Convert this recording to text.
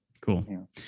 Cool